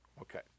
Okay